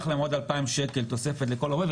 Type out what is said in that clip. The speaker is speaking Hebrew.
להם עוד 2,000 שקלים תוספת לכל עובד,